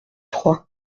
trois